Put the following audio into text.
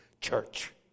church